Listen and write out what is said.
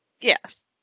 Yes